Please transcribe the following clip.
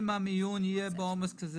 אם המיון יהיה בכזה עומס,